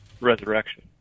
resurrection